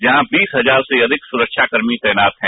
यहां बीस हजार से अधिक सुरक्षाकर्मी तैनात हैं